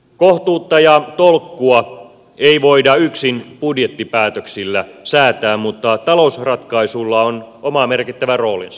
kohtuutta ja tolkkua ei voida yksin budjettipäätöksillä säätää mutta talousratkaisuilla on oma merkittävä roolinsa